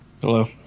Hello